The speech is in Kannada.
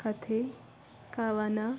ಕಥೆ ಕವನ